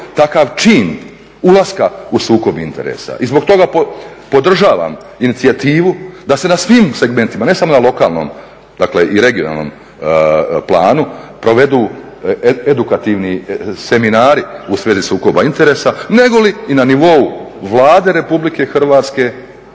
takav čin ulaska u sukob interesa i zbog toga podržavam inicijativu da se na svim segmentima, ne samo na lokalnom, dakle i regionalnom planu provedu edukativni seminari u svezi sukoba interesa, nego li i na nivou Vlade RH, prije svega